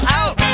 out